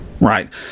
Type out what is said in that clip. right